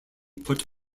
put